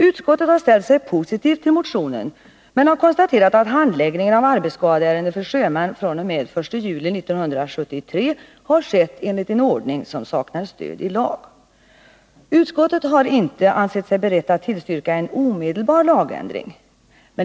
Utskottet har ställt sig positiv till motionen men har konstaterat att handläggningen av arbetsskadeärenden för sjömän fr.o.m. den 1 juli 1973 har skett enligt en ordning som saknar stöd i lag. Inom utskottet har man inte ansett sig vara beredd att tillstyrka en omedelbar lagändring.